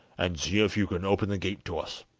and see if you can open the gate to us